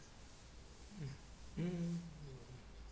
mm